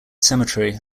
cemetery